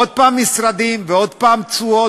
עוד פעם משרדים, עוד פעם תשואות?